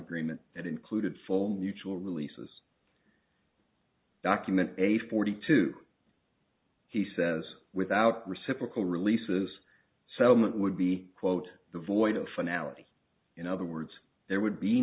agreement that included full neutral releases document a forty two he says without reciprocal releases settlement would be quote the void of finality in other words there would be